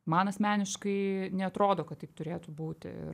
man asmeniškai neatrodo kad taip turėtų būti ir